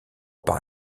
par